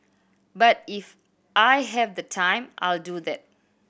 but if I have the time I'll do that